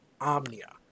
Omnia